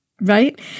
right